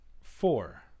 Four